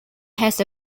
has